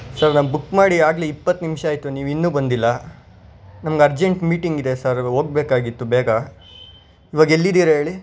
sir ನಾನು book ಮಾಡಿ ಆಗಲೇ ಇಪ್ಪತ್ತು ನಿಮಿಷ ಆಯಿತು ನೀವು ಇನ್ನೂ ಬಂದಿಲ್ಲ ನಂಗೆ ಅರ್ಜೆಂಟ್ ಮೀಟಿಂಗ್ ಇದೆ ಸರ್ ಹೋಗ್ಬೇಕಾಗಿತ್ತು ಬೇಗ ಇವಾಗ ಎಲ್ಲಿದ್ದೀರಾ ಹೇಳಿ